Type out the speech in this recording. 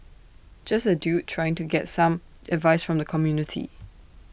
just A dude trying to get some advice from the community